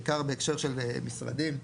בעיקר בהקשר של משרדים.